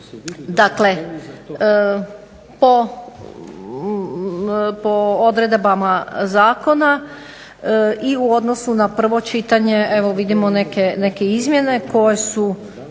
Dakle, po odredbama zakona i u odnosu na prvo čitanje vidimo neke izmjene koje su